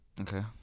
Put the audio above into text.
Okay